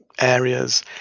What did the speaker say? areas